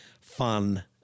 fun